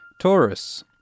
Taurus